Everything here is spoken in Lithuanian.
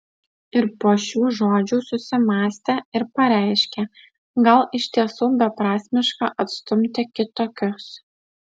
ir po šių žodžių susimąstė ir pareiškė gal iš tiesų beprasmiška atstumti kitokius